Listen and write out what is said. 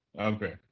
okay